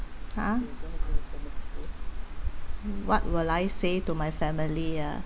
!huh! what will I say to my family ah